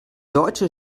deutsche